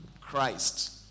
Christ